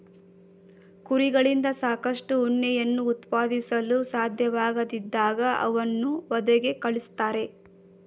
ಕುರಿಗಳಿಂದ ಸಾಕಷ್ಟು ಉಣ್ಣೆಯನ್ನು ಉತ್ಪಾದಿಸಲು ಸಾಧ್ಯವಾಗದಿದ್ದಾಗ ಅವನ್ನು ವಧೆಗೆ ಕಳಿಸ್ತಾರೆ